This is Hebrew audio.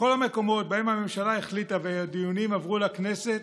בכל המקומות שבהם הממשלה החליטה והדיונים עברו לכנסת,